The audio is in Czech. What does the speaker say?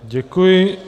Děkuji.